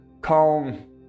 calm